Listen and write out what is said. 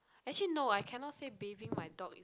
actually no I cannot say bathing my dog is